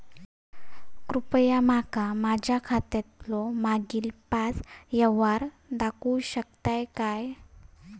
कृपया माका माझ्या खात्यातलो मागील पाच यव्हहार दाखवु शकतय काय?